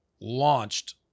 launched